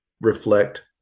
reflect